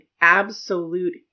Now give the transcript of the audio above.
absolute